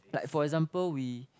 like for example we